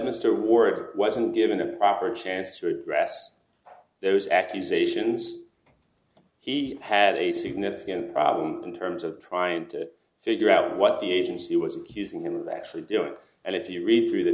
mr warren wasn't given a proper chance to address those accusations he had a significant problem in terms of trying to figure out what the agency was accusing him of actually doing and if you read through the